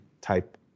type